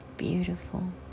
beautiful